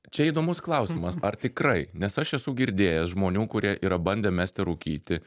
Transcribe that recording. čia įdomus klausimas ar tikrai nes aš esu girdėjęs žmonių kurie yra bandę mesti rūkyti